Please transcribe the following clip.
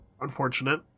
unfortunate